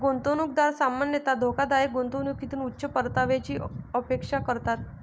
गुंतवणूकदार सामान्यतः धोकादायक गुंतवणुकीतून उच्च परताव्याची अपेक्षा करतात